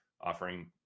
offering